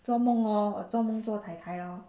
做梦 lor 我做梦做太太 lor